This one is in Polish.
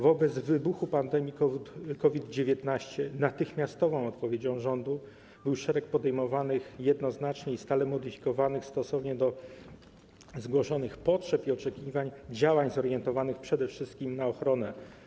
Wobec wybuchu pandemii COVID-19 natychmiastową odpowiedzią rządu był szereg podejmowanych jednocześnie i stale modyfikowanych, stosownie do zgłaszanych potrzeb i oczekiwań, działań zorientowanych przede wszystkim na ochronę.